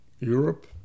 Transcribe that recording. Europe